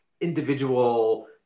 individual